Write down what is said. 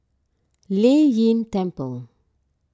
Lei Yin Temple